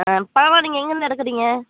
ஆ பழலாம் நீங்கள் எங்கேருந்து இறக்கறீங்க